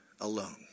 alone